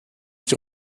die